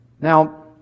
Now